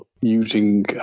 using